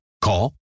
Call